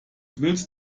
willst